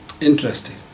Interesting